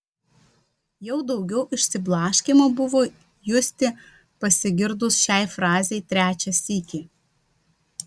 jau daugiau išsiblaškymo buvo justi pasigirdus šiai frazei trečią sykį